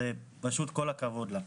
פשוט כל הכבוד לה.